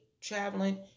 traveling